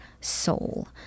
soul